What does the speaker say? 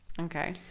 Okay